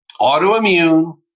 autoimmune